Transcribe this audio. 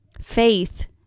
Faith